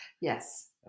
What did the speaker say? Yes